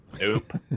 Nope